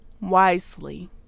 wisely